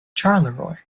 charleroi